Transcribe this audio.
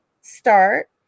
start